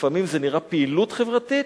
לפעמים זה נראה פעילות חברתית,